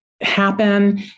happen